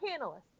panelists